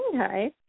Okay